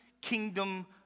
kingdom